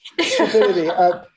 Stupidity